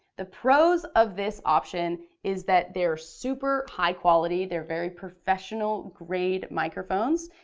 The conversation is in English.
the pros of this option is that they are super high quality. they're very professional grade microphones.